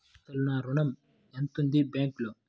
అసలు నా ఋణం ఎంతవుంది బ్యాంక్లో?